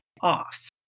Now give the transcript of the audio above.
off